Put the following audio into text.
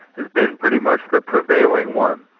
has been pretty much the prevailing one.